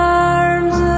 arms